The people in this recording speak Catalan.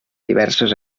diverses